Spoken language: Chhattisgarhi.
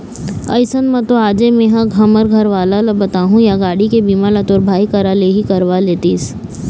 अइसन म तो आजे मेंहा हमर घरवाला ल बताहूँ या गाड़ी के बीमा ल तोर भाई करा ले ही करवा लेतिस